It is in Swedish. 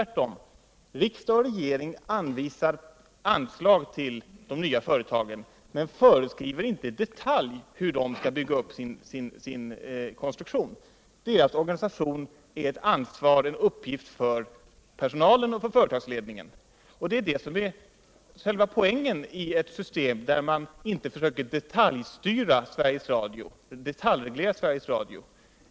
Regeringen och riksdagen anvisar anslag till de nva företagen men föreskriver inte hur dessa i detalj skall bygga upp organisationen. Att bygga upp organisationen är en uppgift för personalen och företagsledningen. Det är det som är själva poängen i ett system, där man inte försöker detaljreglera Sveriges Radio.